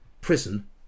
prison